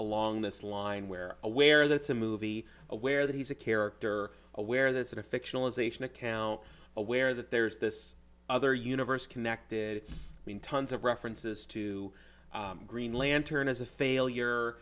along this line where aware that it's a movie aware that he's a character aware that's a fictionalization account aware that there's this other universe connected when tons of references to green lantern as a failure